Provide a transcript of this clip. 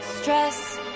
stress